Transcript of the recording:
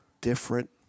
different